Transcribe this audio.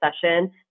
session